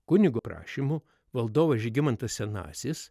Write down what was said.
kunigo prašymu valdovas žygimantas senasis